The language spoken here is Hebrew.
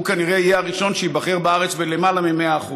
והוא כנראה יהיה הראשון שייבחר בארץ בלמעלה מ-100%.